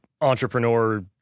entrepreneur